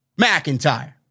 McIntyre